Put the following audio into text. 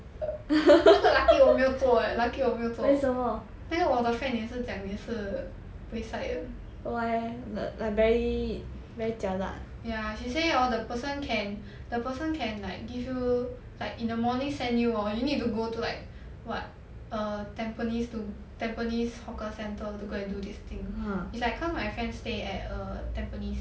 lucky 我没有做 leh lucky 我没有做那个我的 friend 也是讲也是 buay sai 的 ya she say hor the person can the person can like give you like in the morning send you hor you need to go to like what err tampines to tampines hawker centre to go and do this thing it's like cause my friend stay at tampines